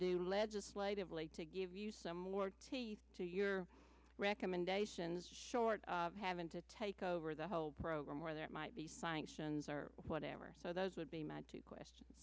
do legislatively to give you some work to your recommendations short of having to take over the whole program where there might be science sions or whatever so those would be mad to question